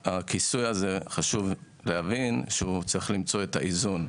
חשוב להבין שצריך למצוא פה את האיזון.